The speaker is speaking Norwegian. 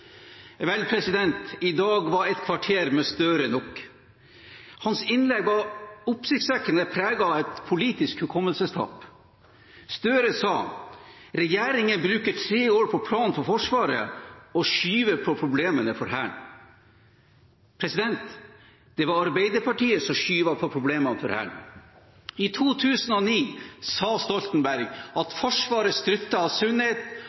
vel, i dag var et kvarter med Gahr Støre nok. Hans innlegg var oppsiktsvekkende preget av et politisk hukommelsestap. Gahr Støre sa at regjeringen bruker tre år på plan for Forsvaret og skyver på problemene for Hæren. Det var Arbeiderpartiet som skjøv på problemene for Hæren. I 2012 sa Jens Stoltenberg at Forsvaret struttet av